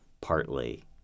partly